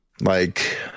Like-